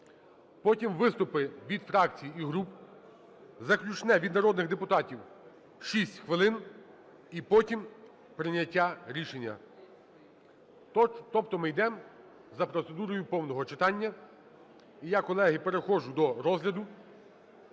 Потім виступи від фракцій і груп, заключне від народних депутатів - 6 хвили, і потім - прийняття рішення. Тобто ми йдемо за процедурою повного читання. І я, колеги, переходжу до розгляду